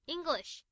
English